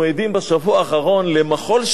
אנחנו עדים בשבוע האחרון למחול שדים,